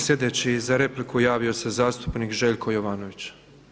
Slijedeći za repliku javio se zastupnik Željko Jovanović.